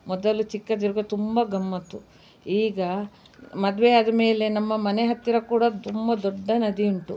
ಮೊದಲು ಚಿಕ್ಕದಿರ್ವಾಗ ತುಂಬ ಗಮ್ಮತ್ತು ಈಗ ಮದುವೆ ಆದ ಮೇಲೆ ನಮ್ಮ ಮನೆ ಹತ್ತಿರ ಕೂಡ ತುಂಬ ದೊಡ್ಡ ನದಿ ಉಂಟು